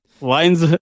lines